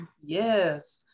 Yes